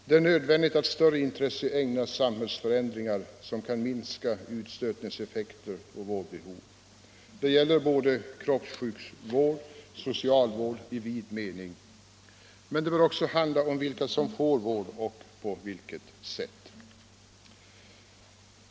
Det är nödvändigt att större intresse ägnas samhällsförändringar som kan minska utstötningseffekter och vårdbehov — det gäller både kroppssjukvård och socialvård i vid mening. Men det bör också handla om vilka som får vård och på vilket sätt de får denna vård.